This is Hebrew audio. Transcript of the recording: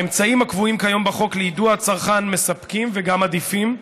האמצעים הקבועים כיום בחוק ליידוע צרכן מספקים וגם עדיפים,